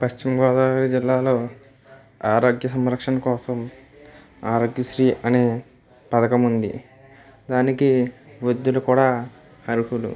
పశ్చిమగోదావరి జిల్లాలో ఆరోగ్యం సంరక్షణ కోసం అది ఆరోగ్యశ్రీ అనే పథకం ఉంది దానికి వృద్ధులు కూడా అర్హులు